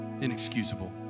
inexcusable